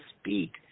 speak